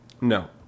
No